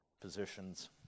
positions